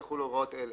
יחולו הוראות אלה: